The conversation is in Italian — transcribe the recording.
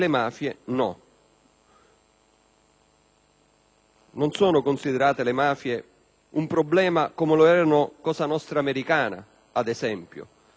non sono considerate un problema, come lo era Cosa nostra americana, ad esempio. Dobbiamo essere chiari,